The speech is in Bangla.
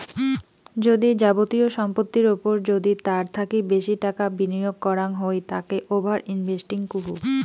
যদি যাবতীয় সম্পত্তির ওপর যদি তার থাকি বেশি টাকা বিনিয়োগ করাঙ হই তাকে ওভার ইনভেস্টিং কহু